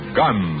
gun